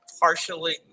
Partially